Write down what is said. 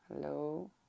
hello